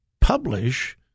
publish